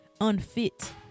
unfit